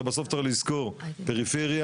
כשזה יגיע לבעיה של החקיקה,